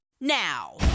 now